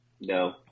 No